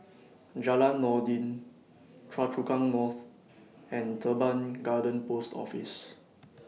Jalan Noordin Choa Chu Kang North and Teban Garden Post Office